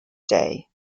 day